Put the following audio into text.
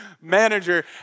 manager